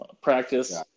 Practice